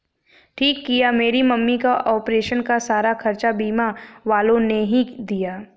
ठीक किया मेरी मम्मी का ऑपरेशन का सारा खर्चा बीमा वालों ने ही दिया